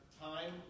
time